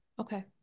Okay